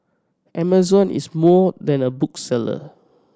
Amazon is more than a bookseller